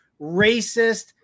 racist